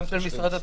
גם של משרד התיירות.